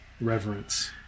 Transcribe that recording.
reverence